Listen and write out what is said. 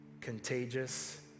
contagious